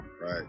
Right